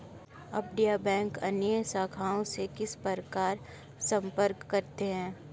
अपतटीय बैंक अन्य शाखाओं से किस प्रकार संपर्क करते हैं?